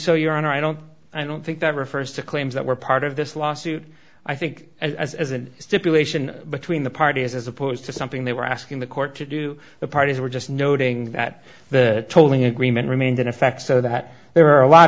so your honor i don't i don't think that refers to claims that were part of this lawsuit i think as as a stipulation between the parties as opposed to something they were asking the court to do the parties were just noting that the tolling agreement remained in effect so that there are a lot